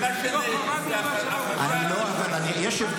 ולא חרגנו ------ יש הבדל.